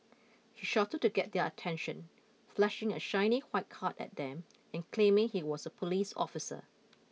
he shouted to get their attention flashing a shiny white card at them and claiming he was a police officer